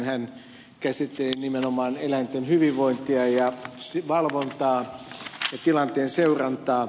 hän käsitteli nimenomaan eläinten hyvinvointia ja valvontaa ja tilanteen seurantaa